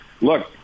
look